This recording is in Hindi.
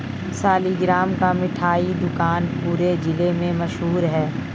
सालिगराम का मिठाई दुकान पूरे जिला में मशहूर है